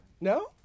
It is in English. No